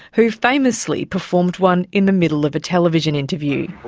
who famously performed one in the middle of a television interview.